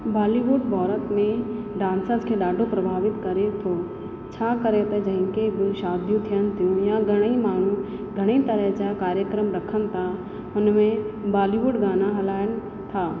Bollywood Bharat में dancers खे ॾाढो प्रभावित करे थो छा करे त जेके बि शादियूं थियनि थियूं यां घणई माण्हूं घणई तरह जा कार्यक्रम रखनि था हुन में बालीवुड गाना हलाइनि था